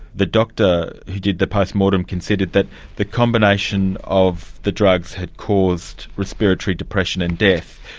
the doctor who did the post-mortem considered that the combination of the drugs had caused respiratory depression and death,